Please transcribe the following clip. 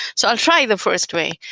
so i'll try the first way.